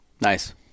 nice